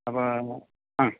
അപ്പം അ